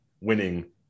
winning